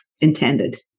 intended